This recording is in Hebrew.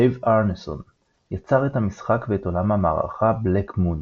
דייב ארנסון – יצר את המשחק ואת עולם המערכה Black Moor.